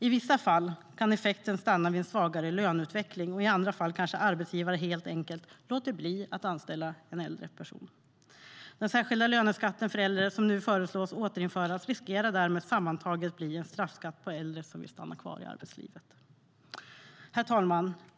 I vissa fall kan effekten stanna vid en svagare löneutveckling, och i andra fall kanske arbetsgivare helt enkelt låter bli att anställa en äldre person. Herr talman!